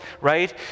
right